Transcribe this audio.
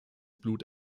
blut